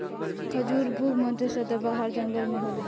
खजूर भू मध्य सदाबाहर जंगल में होला